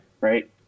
right